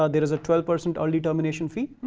ah there is a twelve percent only termination fee.